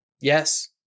yes